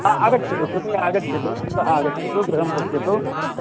आ आगच्छतु कृपया आगच्छतु अन्तः आगच्छतु गृहं पश्यतु